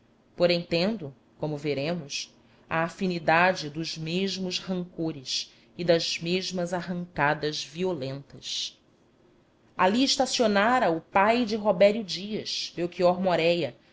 porém tendo como veremos a afinidade dos mesmos rancores e das mesmas arrancadas violentas ali estacionara o pai de robério dias belchior moréia